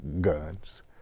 guns